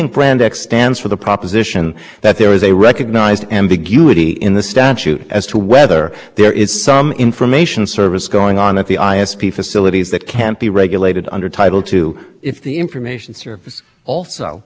caching and d n a s and the other functions we've described on about managing a telecommunications network they are not about things that are being done internal to the network to make the network work they are being their customer facing services that support the information service